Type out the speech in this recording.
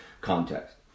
context